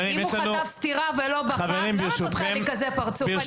אם הוא חטף סטירה ולא בכה --- למה את עושה לי כזה פרצוף?